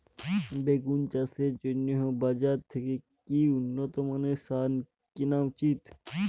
বেগুন চাষের জন্য বাজার থেকে কি উন্নত মানের সার কিনা উচিৎ?